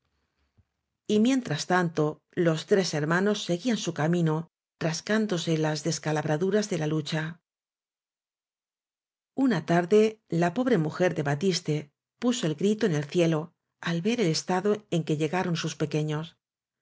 mientras tanto los tres hermanos seguían su camino rascándose las descalabraduras de la lucha una tarde la pobre mujer de batiste puso el grito en el cielo al ver el estado en que llegaron sus pequeños